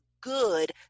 good